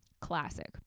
classic